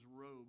robe